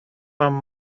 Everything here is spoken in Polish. mam